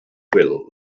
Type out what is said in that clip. wil